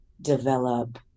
develop